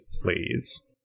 please